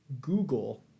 Google